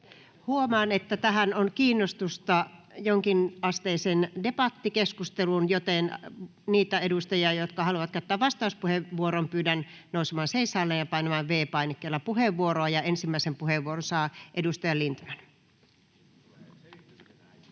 Huomaan, että on kiinnostusta jonkinasteiseen debattikeskusteluun, joten pyydän niitä edustajia, jotka haluavat käyttää vastauspuheenvuoron, nousemaan seisaalleen ja painamaan V-painikkeella puheenvuoroa. — Ensimmäisen puheenvuoron saa edustaja Lindtman.